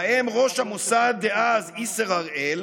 ובהם ראש המוסד דאז איסר הראל,